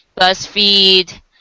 BuzzFeed